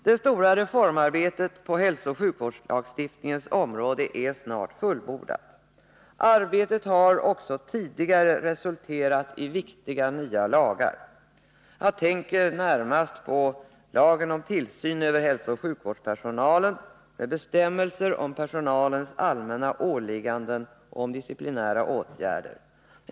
Det stora reformarbetet på hälsooch sjukvårdslagstiftningens område är snart fullbordat. Arbetet har också tidigare resulterat i nya viktiga lagar. Jag tänker närmast på lagen om tillsyn över hälsooch sjukvårdspersonalen med bestämmelser om personalens allmänna åligganden och om disciplinära åtgärder.